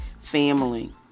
family